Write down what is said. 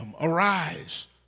Arise